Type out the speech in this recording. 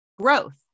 growth